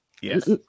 Yes